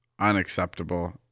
unacceptable